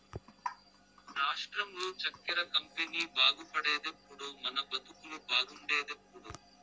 రాష్ట్రంలో చక్కెర కంపెనీ బాగుపడేదెప్పుడో మన బతుకులు బాగుండేదెప్పుడో